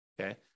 Okay